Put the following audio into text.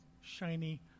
shiny